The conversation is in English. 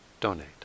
donate